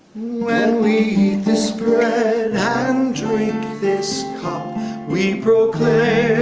when we eat this bread and drink this cup we proclaim